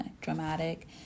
dramatic